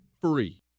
free